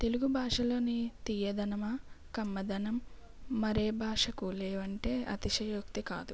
తెలుగు భాషలోని తియ్యదనము కమ్మదనం మరే భాషకు లేవంటే అతిశయోక్తి కాదు